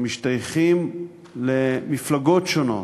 שמשתייכים למפלגות שונות,